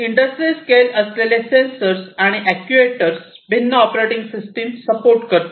industry scale असलेले sensors आणि actuators भिन्न ऑपरेटिंग सिस्टम्सचे सपोर्ट करतील